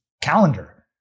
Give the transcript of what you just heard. calendar